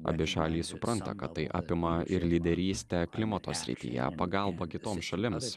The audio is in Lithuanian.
abi šalys supranta kad tai apima ir lyderystę klimato srityje pagalbą kitoms šalims